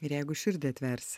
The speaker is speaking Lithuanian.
ir jeigu širdį atversi